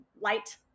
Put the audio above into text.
light